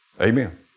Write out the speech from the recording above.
Amen